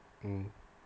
mmhmm